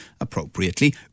appropriately